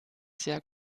sehr